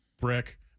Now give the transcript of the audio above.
Brick